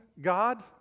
God